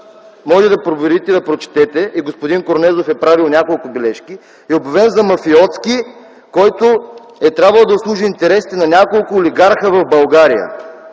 Може да проверите, да прочете, а и господин Корнезов е направил няколко бележки. Обявен е за мафиотски този закон, който е трябвало да обслужи интересите на няколко олигарха в България.